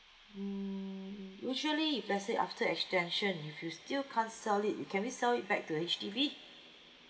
mm usually if let's say after extension if you still can't sell it can we sell it back to H_D_B